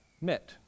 met